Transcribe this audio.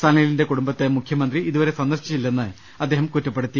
സനലിന്റെ കുടുംബത്തെ മുഖ്യമന്ത്രി ഇതുവരെ സന്ദർശിച്ചില്ലെന്നും അദ്ദേഹം കുറ്റപ്പെടുത്തി